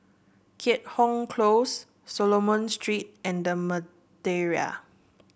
Keat Hong Close Solomon Street and The Madeira